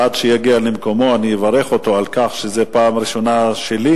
עד שיגיע למקומו אני אברך אותו על כך שזו פעם ראשונה שלי,